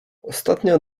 ostatnio